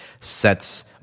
sets